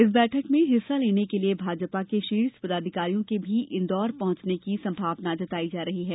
इस बैठक में हिस्सा लेने के लिए भाजपा के शीर्ष पदाधिकारियों के भी इंदौर पहंचने की संभावना जताई जा रही है